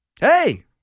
Hey